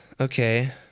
Okay